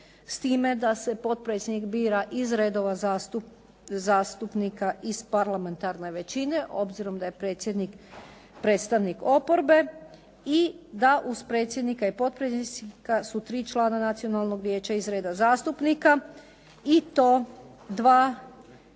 s time da se potpredsjednik bira iz redova zastupnika iz parlamentarne većine, obzirom da je predsjednik predstavnik oporbe i da uz predsjednika i potpredsjednika su tri člana Nacionalnog vijeća iz reda zastupnika i to iz